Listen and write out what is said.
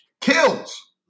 kills